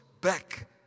back